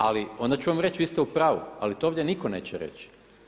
Ali onda ću vam reći vi ste u pravu ali to ovdje nitko neće reći.